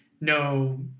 no